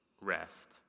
rest